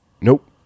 Nope